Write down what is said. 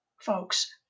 folks